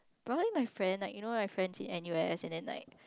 about my friend like you know like friends in everywhere and then like